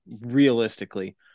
realistically